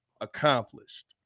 accomplished